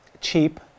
cheap